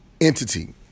entity